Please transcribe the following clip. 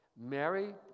Mary